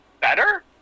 better